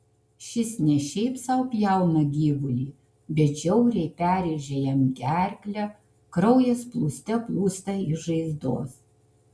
šis ne šiaip sau pjauna gyvulį bet žiauriai perrėžia jam gerklę kraujas plūste plūsta iš žaizdos